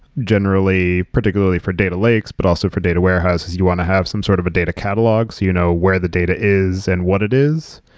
generally, particularly for data lakes, but also for data warehouses, you want to have some sort of a data catalogue so you know where the data is and what it is.